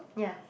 yeah